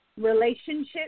relationship